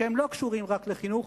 שלא קשורים רק לחינוך,